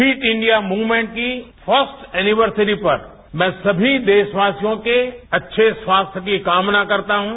fit India movement की first anniversary पर मैं समी देशवासियों के अच्छे स्वास्थ्य की कामना करता हूं